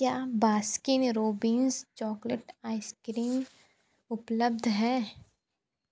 क्या Baskin Robbins chocolate ice cream उपलब्ध है